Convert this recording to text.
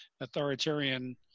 authoritarian